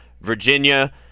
Virginia